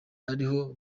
ariho